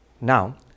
now